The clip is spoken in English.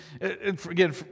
again